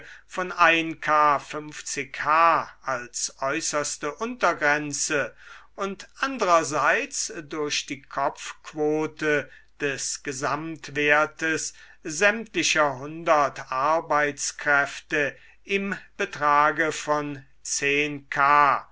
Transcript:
von k h als äußerste untergrenze und andrerseits durch die kopfquote des gesamtwertes smtlicher hundert arbeits im betrage von k